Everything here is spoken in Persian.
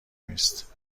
نیست